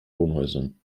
wohnhäusern